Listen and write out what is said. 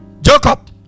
Jacob